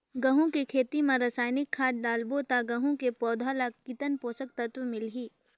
गंहू के खेती मां रसायनिक खाद डालबो ता गंहू के पौधा ला कितन पोषक तत्व मिलही?